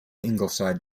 ingleside